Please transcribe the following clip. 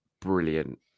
brilliant